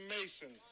Mason